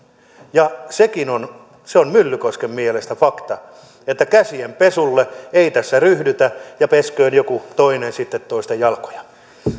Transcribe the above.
ja sekin on myllykosken mielestä fakta että käsien pesulle ei tässä ryhdytä ja pesköön joku toinen sitten toisten jalkoja